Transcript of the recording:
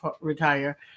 retire